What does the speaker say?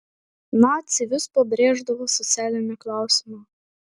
naciai vis pabrėždavo socialinį klausimą